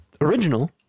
original